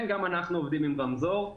כן, גם אנחנו עובדים עם רמזור.